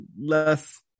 less